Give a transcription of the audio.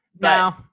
No